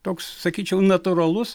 toks sakyčiau natūralus